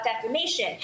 defamation